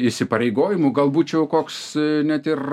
įsipareigojimų gal būčiau koks net ir